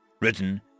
written